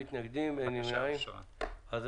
הצבעה